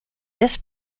this